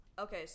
Okay